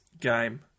game